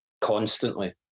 constantly